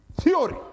theory